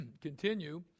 continue